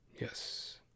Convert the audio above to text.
Yes